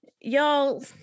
y'all